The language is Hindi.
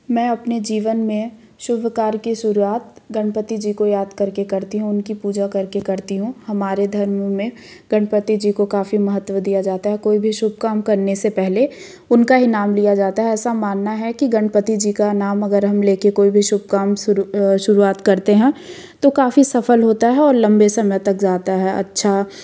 मैं अपने जीवन में शुभ कार्य की शुरुआत गणपति जी को याद करके करती हूँ उनकी पूजा करके करती हूँ हमारे धर्म में गणपति जी को काफ़ी महत्व दिया जाता है कोई भी शुभ काम करने से पहले उनका ही नाम लिया जाता है ऐसा मानना है कि गणपति जी का नाम अगर हम लेके कोई भी शुभ काम शुरुआत करते हैं तो काफ़ी सफल होता है और लंबे समय तक जाता है अच्छा